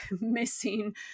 missing